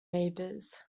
neighbors